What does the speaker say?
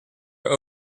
are